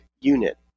unit